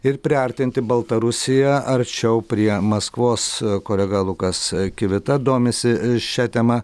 ir priartinti baltarusiją arčiau prie maskvos kolega lukas kivita domisi šia tema